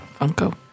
Funko